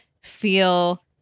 feel